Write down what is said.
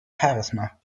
charisma